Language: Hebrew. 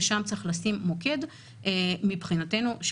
ושם צריך לשים את מוקד מאמץ האכיפה מבחינתנו.